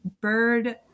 bird